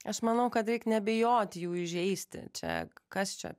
aš manau kad reik nebijot jų įžeisti čia kas čia